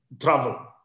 travel